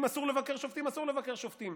אם אסור לבקר שופטים, אסור לבקר שופטים.